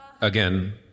Again